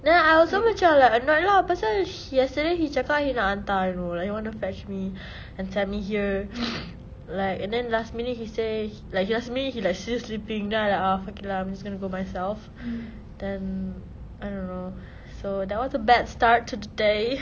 then I also macam like annoyed lah pasal he yesterday he cakap he nak hantar you know like he want to fetch me and send me here like and then last minute he say like last minute he like still sleeping then I like ah fuck it lah I'm just going go myself then I don't know so that was a bad start to the day